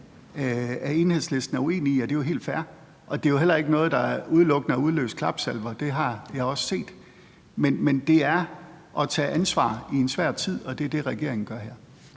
Enhedslisten er uenig i, og det er jo helt fair. Det er jo heller ikke noget, der udelukkende har udløst klapsalver – det har jeg også set. Men det er at tage ansvar i en svær tid, og det er det, regeringen gør her.